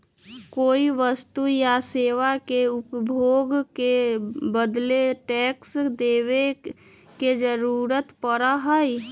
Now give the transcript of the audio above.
कोई वस्तु या सेवा के उपभोग के बदले टैक्स देवे के जरुरत पड़ा हई